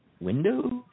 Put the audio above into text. windows